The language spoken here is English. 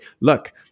look